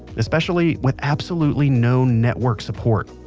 especially with absolutely no network support.